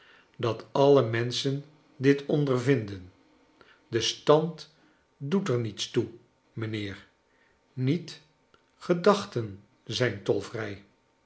dat alle menschen dit ondervinden de stand doet er niets toe mijnheer niet gedachten zijn tolvrij